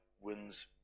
wins